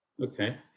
Okay